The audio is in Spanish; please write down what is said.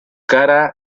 cara